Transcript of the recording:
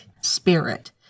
spirit